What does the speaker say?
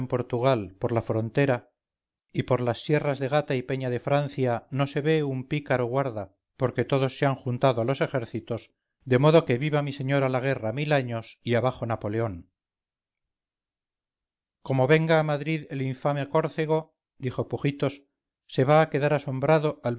portugal por la frontera y por las sierras de gata y peña de francia no se ve un pícaro guarda porque todos se han juntado a los ejércitos de modo que viva mi señora la guerra mil años y abajo napoleón como venga a madrid el infame córcego dijo pujitos se va a quedar asombrado